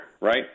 right